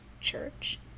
church